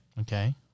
Okay